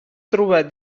trobar